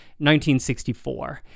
1964